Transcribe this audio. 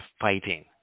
fighting